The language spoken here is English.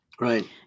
Right